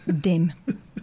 dim